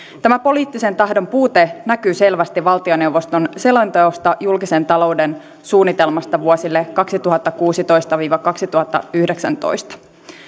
tämä poliittisen tahdon puute näkyy selvästi valtioneuvoston selonteossa julkisen talouden suunnitelmasta vuosille kaksituhattakuusitoista viiva kaksituhattayhdeksäntoista